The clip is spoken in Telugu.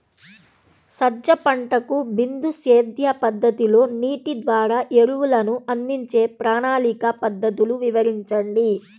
సజ్జ పంటకు బిందు సేద్య పద్ధతిలో నీటి ద్వారా ఎరువులను అందించే ప్రణాళిక పద్ధతులు వివరించండి?